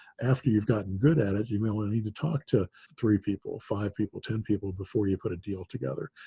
after you've gotten good at it you may only need to talk to three people, five people, ten people before you put a deal together.